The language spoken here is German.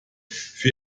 für